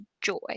joy